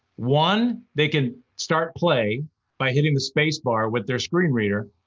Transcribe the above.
one, they can start play by hitting the space bar with their screen reader,